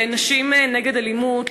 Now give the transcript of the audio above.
ל"נשים נגד אלימות",